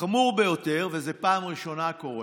חמור ביותר, וזה פעם ראשונה קורה: